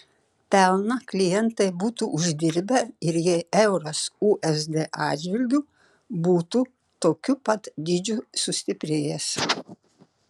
pelną klientai būtų uždirbę ir jei euras usd atžvilgiu būtų tokiu pat dydžiu sustiprėjęs